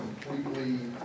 completely